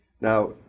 Now